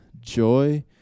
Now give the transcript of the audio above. joy